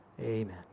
Amen